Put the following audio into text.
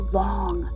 long